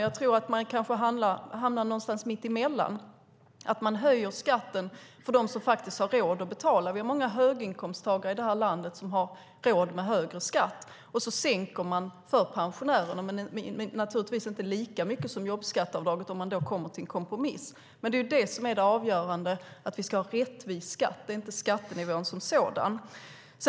Jag tror att man kanske hamnar någonstans mitt emellan, att man höjer skatten för dem som faktiskt har råd att betala - vi har många höginkomsttagare i det här landet som har råd med högre skatt - och sänker den för pensionärerna, men naturligtvis inte med lika mycket som jobbskatteavdraget, om man då kommer fram till en kompromiss. Men det som är det avgörande är att vi ska ha rättvis skatt. Det handlar inte om skattenivån som sådan.